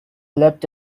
leapt